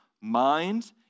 mind